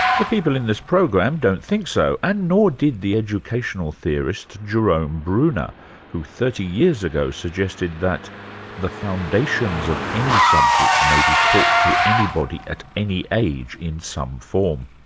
the people in this program don't think so, and nor did the educational theorist, jerome bruner who thirty years ago suggested that the foundations of any subject may be taught to anybody at any age in some form.